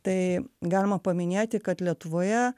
tai galima paminėti kad lietuvoje